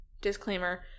disclaimer